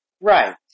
right